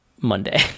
Monday